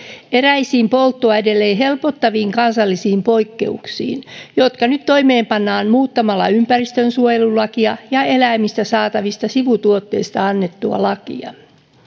eräisiin polttoa edelleen helpottaviin kansallisiin poikkeuksiin jotka nyt toimeenpannaan muuttamalla ympäristönsuojelulakia ja eläimistä saatavista sivutuotteista annettua lakia